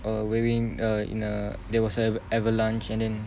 err where we err in a there was ava~ avalanche and then